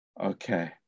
Okay